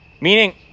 Meaning